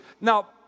Now